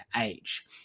age